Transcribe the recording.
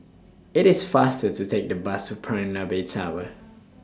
IT IS faster to Take The Bus to Bay Tower